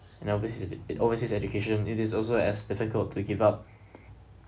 you know obviously~ overseas education it's also as difficult to give up